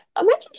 imagine